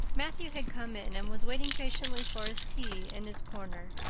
matthew had come in and was waiting patiently for his tea in his corner.